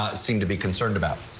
seem to be concerned about.